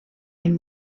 den